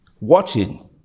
watching